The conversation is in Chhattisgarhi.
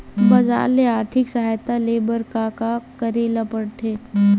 बजार ले आर्थिक सहायता ले बर का का करे ल पड़थे?